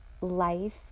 life